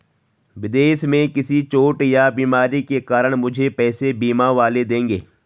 विदेश में किसी चोट या बीमारी के कारण मुझे पैसे बीमा वाले देंगे